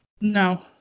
No